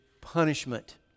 punishment